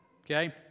okay